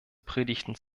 predigten